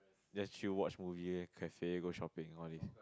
just chill watch movie cafe go shopping all these